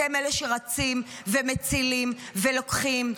אתם אלה שרצים ומצילים ולוקחים,